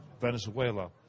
Venezuela